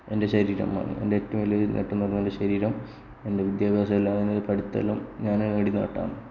എൻറെ ശരീരമാണ് എൻറെ ഏറ്റവുംവലിയ നേട്ടം എന്നുപറയുന്നത് എൻറെ ശരീരമാണ് എൻറെ ശരീരം എൻറെ വിദ്യാഭ്യാസം